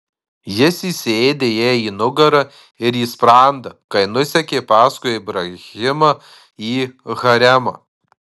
jis įsiėdė jai į nugarą ir į sprandą kai nusekė paskui ibrahimą į haremą